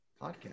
podcast